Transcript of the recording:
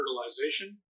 fertilization